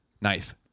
Knife